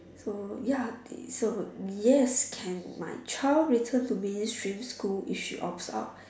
so ya they so yes can my child return to mainstream school if she opts out